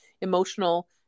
emotional